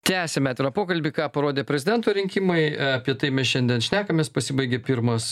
tęsiame tai yra pokalbį ką parodė prezidento rinkimai apie tai mes šiandien šnekamės pasibaigė pirmas